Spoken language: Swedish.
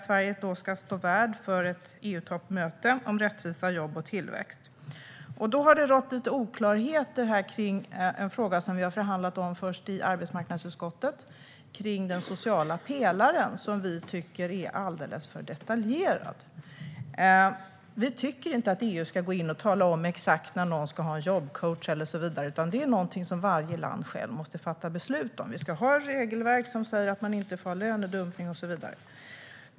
Sverige ska då stå värd för ett EU-toppmöte om rättvisa jobb och tillväxt. Det har rått lite oklarheter kring en fråga som vi först har förhandlat om i arbetsmarknadsutskottet. Det gäller den sociala pelaren, som vi tycker är alldeles för detaljerad. Vi tycker inte att EU ska gå in och tala om exakt när någon ska ha en jobbcoach och så vidare. Det är någonting som varje land själv måste fatta beslut om. Vi ska ha regelverk som säger att man inte får ha lönedumpning och så vidare.